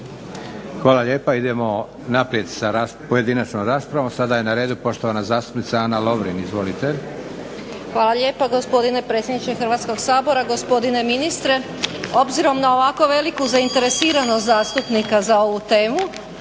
Hvala lijepo. Idemo naprijed s pojedinačnom raspravom. Sada je na redu poštovana zastupnica Ana Lovrin. Izvolite. **Lovrin, Ana (HDZ)** Hvala lijepo gospodine predsjedniče Hrvatskog sabora. Gospodine ministre. Obzirom na ovako veliku zainteresiranost zastupnika za ovu temu